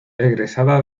egresada